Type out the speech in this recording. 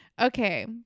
okay